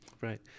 right